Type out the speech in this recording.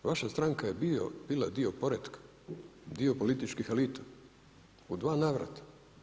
Vaša je stranka bila dio poretka, dio političkih elita, u dva navrata.